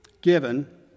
given